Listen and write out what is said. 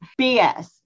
BS